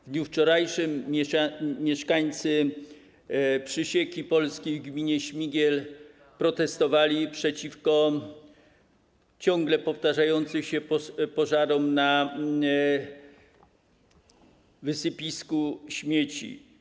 W dniu wczorajszym mieszkańcy Przysieki Polskiej w gminie Śmigiel protestowali przeciwko ciągle powtarzającym się pożarom na wysypisku śmieci.